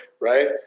right